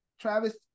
Travis